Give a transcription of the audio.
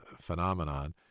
phenomenon